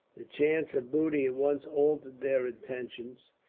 the chance of booty at once altered their intentions,